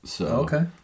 Okay